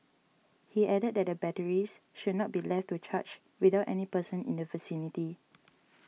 he added that the batteries should not be left to charge without any person in the vicinity